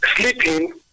sleeping